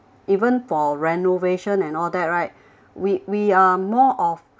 even for renovation and all that right we we are more of